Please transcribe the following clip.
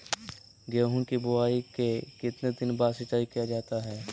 गेंहू की बोआई के कितने दिन बाद सिंचाई किया जाता है?